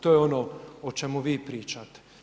To je ono o čemu vi pričate.